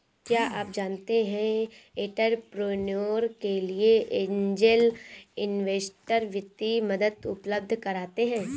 क्या आप जानते है एंटरप्रेन्योर के लिए ऐंजल इन्वेस्टर वित्तीय मदद उपलब्ध कराते हैं?